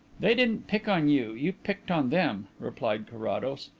they didn't pick on you you picked on them, replied carrados.